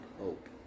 hope